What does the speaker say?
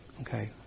okay